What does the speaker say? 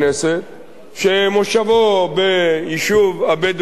שמושבו ביישוב הבדואי לקיה,